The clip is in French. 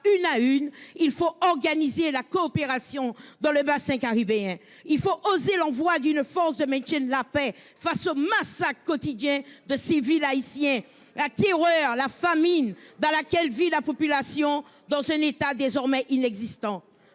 Une à une, il faut organiser la coopération dans le bassin caribéen. Il faut oser l'envoi d'une force de maintien de la paix face aux massacres quotidiens de civils haïtiens la tireur la famine dans laquelle vit la population dans un état désormais inexistant.